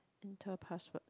enter password